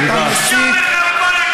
בושה וחרפה לכנסת.